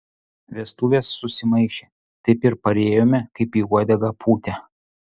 vestuvės susimaišė taip ir parėjome kaip į uodegą pūtę